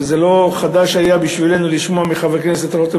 וזה לא היה חדש בשבילנו לשמוע מחבר הכנסת רותם